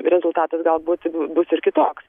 rezultatas galbūt bus ir kitoks